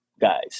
guys